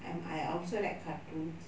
I'm I also like cartoons